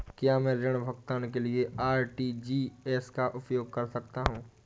क्या मैं ऋण भुगतान के लिए आर.टी.जी.एस का उपयोग कर सकता हूँ?